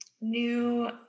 new